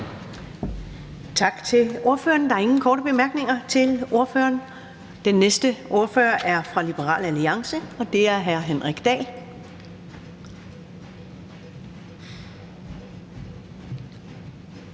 fra Nye Borgerlige. Der er ingen korte bemærkninger til ordføreren. Den næste ordfører kommer fra Liberal Alliance, og det er hr. Henrik Dahl.